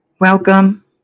welcome